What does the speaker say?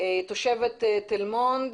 תושבת תל מונד,